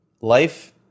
life